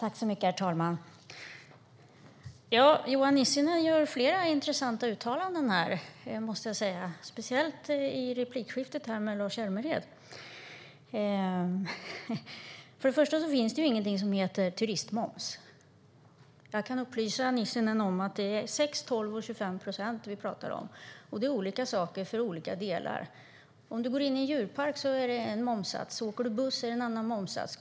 Herr talman! Johan Nissinen gör flera intressanta uttalanden här, måste jag säga, speciellt i replikskiftet med Lars Hjälmered. Först och främst finns det ingenting som heter turismmoms. Jag kan upplysa Nissinen om att det är 6, 12 och 25 procent vi pratar om. Det är olika moms för olika saker. Om du går in i en djurpark är det en momssats, och åker du buss är det en annan momssats.